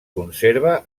conserva